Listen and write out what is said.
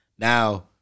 Now